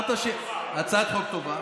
הצעת חוק טובה,